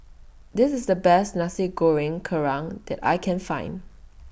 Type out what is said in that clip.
This IS The Best Nasi Goreng Kerang that I Can Find